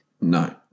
No